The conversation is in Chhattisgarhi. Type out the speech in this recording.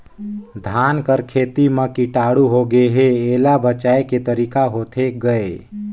धान कर खेती म कीटाणु होगे हे एला बचाय के तरीका होथे गए?